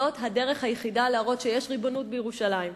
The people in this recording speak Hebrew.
זאת הדרך היחידה להראות שיש ריבונות בירושלים,